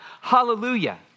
hallelujah